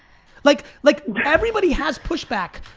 like like, everybody has pushback.